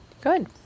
Good